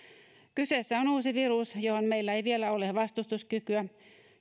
kyseessä on uusi virus johon meillä ei vielä ole vastustuskykyä